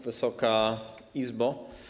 Wysoka Izbo!